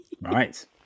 Right